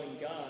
God